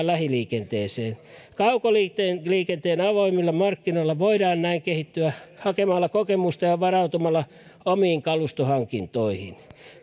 lähiliikenteeseen kaukoliikenteen avoimille markkinoille voidaan näin kehittyä hakemalla kokemusta ja varautumalla omiin kalustohankintoihin